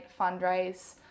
fundraise